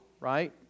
right